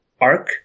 arc